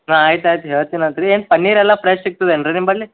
ಹಾಂ ಆಯ್ತು ಆಯ್ತು ಹೇಳ್ತೀನಂತೆ ರೀ ಏನು ಪನ್ನೀರೆಲ್ಲ ಪ್ರೆಶ್ ಸಿಗ್ತದೇನ್ ರೀ ನಿಮ್ಮಲ್ಲಿ